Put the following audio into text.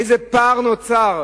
איזה פער נוצר.